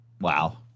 Wow